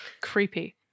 Creepy